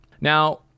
Now